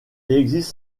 existe